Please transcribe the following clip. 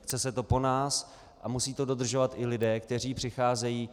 Chce se to po nás a musí to dodržovat i lidé, kteří přicházejí.